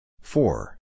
Four